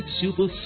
Super